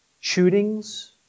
shootings